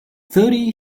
thirty